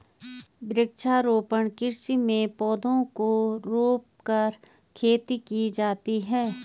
वृक्षारोपण कृषि में पौधों को रोंपकर खेती की जाती है